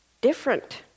different